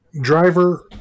Driver